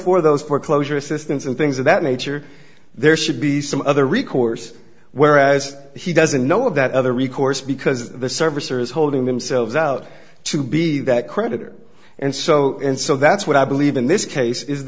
for those foreclosure assistance and things of that nature there should be some other recourse whereas he doesn't know of that other recourse because the servicers holding themselves out to be that creditor and so and so that's what i believe in this case i